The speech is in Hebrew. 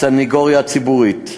הסנגוריה הציבורית,